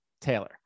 Taylor